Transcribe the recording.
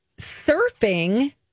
surfing